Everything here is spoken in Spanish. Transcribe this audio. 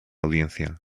audiencia